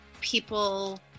people